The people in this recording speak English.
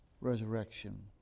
resurrection